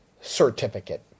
certificate